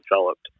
developed